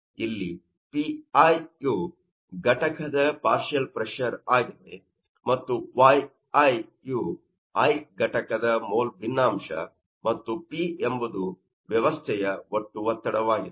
ಇಲ್ಲಿ pi ಯು ಘಟಕದ ಪಾರ್ಷಿಯಲ್ ಪ್ರೆಶರ್ ಆಗಿದೆ ಮತ್ತು yi ಯು i ಘಟಕದ ಮೋಲ್ ಭಿನ್ನಾಂಶ ಮತ್ತು P ಎಂಬುದು ವ್ಯವಸ್ಥೆಯ ಒಟ್ಟು ಒತ್ತಡವಾಗಿದೆ